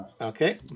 Okay